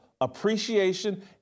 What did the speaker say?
appreciation